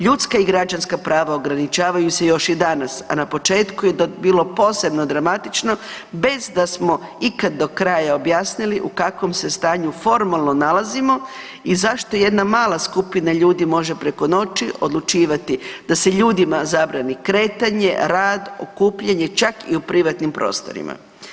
Ljudska i građanska prava ograničavaju se još i danas a na početku je to bilo posebno dramatično, bez da smo ikad do kraja objasnili o kakvom se stanju formalno nalazimo i zašto jedna mala skupina ljudi može preko noći odlučivati da se ljudima zabrani kretanje, rad, okupljanje čak i u privatnom prostorima.